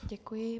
Děkuji.